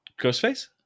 Ghostface